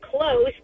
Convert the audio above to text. close